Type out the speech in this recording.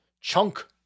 chunk